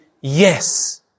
yes